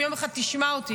אם יום אחד תשמע אותי,